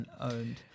owned